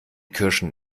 kirschen